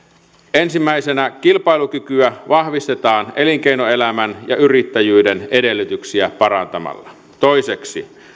ensimmäisenä kilpailukykyä vahvistetaan elinkeinoelämän ja yrittäjyyden edellytyksiä parantamalla toiseksi